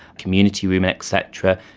community room et cetera.